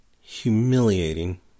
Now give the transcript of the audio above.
Humiliating